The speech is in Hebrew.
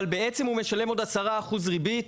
אבל בעצם, הוא משלם עוד 10% ריבית